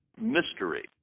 mystery